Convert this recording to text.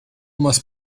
must